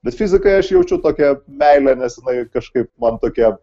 bet fizikai aš jaučiu tokią meilę nes jinai kažkaip man tokia